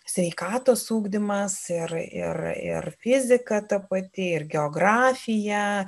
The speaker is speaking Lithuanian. sveikatos ugdymas ir ir fizika ta pati ir geografija